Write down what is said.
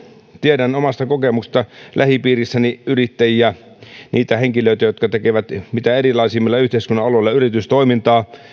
tiedän omasta kokemuksestani lähipiirissäni yrittäjiä niitä henkilöitä jotka tekevät mitä erilaisimmilla yhteiskunnan aloilla yritystoimintaa